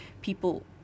People